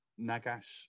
Nagash